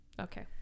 Okay